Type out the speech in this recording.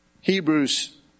Hebrews